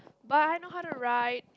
but I know how to write